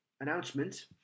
announcement